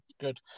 Good